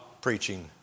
preaching